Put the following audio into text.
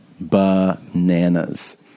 bananas